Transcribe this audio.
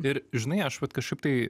ir žinai aš vat kažkaip tai